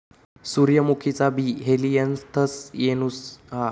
सूर्यमुखीचा बी helianthus annuus हा